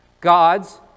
God's